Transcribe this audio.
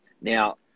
Now